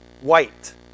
White